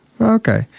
Okay